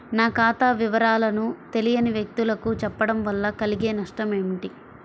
నా ఖాతా వివరాలను తెలియని వ్యక్తులకు చెప్పడం వల్ల కలిగే నష్టమేంటి?